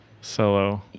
solo